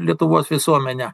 lietuvos visuomenę